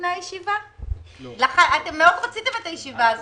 בישיבה הבאה אני רוצה את רשות המיסים.